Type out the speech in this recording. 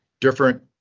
different